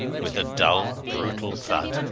with a dull, brutal thump.